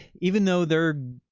even though they're.